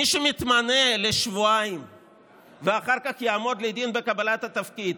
מי שמתמנה לשבועיים ואחר כך יעמוד לדין בקבלת התפקיד,